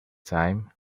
time